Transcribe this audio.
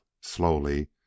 slowly